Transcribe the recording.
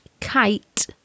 kite